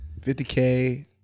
50K